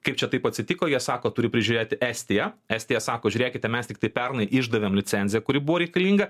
kaip čia taip atsitiko jie sako turi prižiūrėti estija estija sako žiūrėkite mes tiktai pernai išdavėm licenciją kuri buvo reikalinga